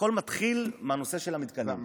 הכול מתחיל מהנושא של המתקנים.